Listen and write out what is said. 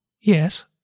Yes